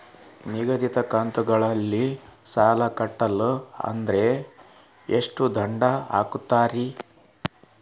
ನಿಗದಿತ ಕಂತ್ ಗಳಲ್ಲಿ ಸಾಲ ಕಟ್ಲಿಲ್ಲ ಅಂದ್ರ ಎಷ್ಟ ದಂಡ ಹಾಕ್ತೇರಿ?